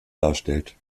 darstellt